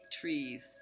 trees